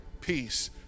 peace